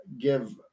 give